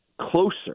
closer